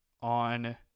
on